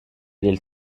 del